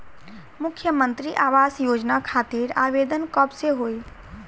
मुख्यमंत्री आवास योजना खातिर आवेदन कब से होई?